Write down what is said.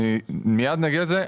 מיד נגיע לזה.